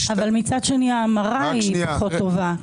אבל מצד שני, ההמרה היא פחות טובה.